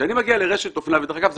כשאני מגיע לרשת אופנה ודרך אגב,